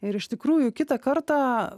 ir iš tikrųjų kitą kartą